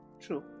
True